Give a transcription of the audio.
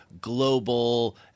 global